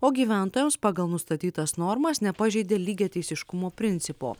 o gyventojams pagal nustatytas normas nepažeidė lygiateisiškumo principo